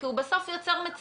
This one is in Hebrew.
כי בסוף הוא יוצר מציאות.